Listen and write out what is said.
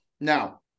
Now